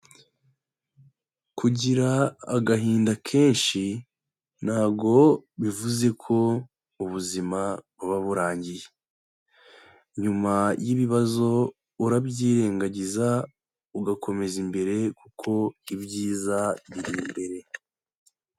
Kugira agahinda kenshi, ntabwo bivuze ko ubuzima buba burangiye. Nyuma y'ibibazo urabyirengagiza, ugakomeza imbere kuko ibyiza biri imbere.